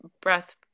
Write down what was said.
breath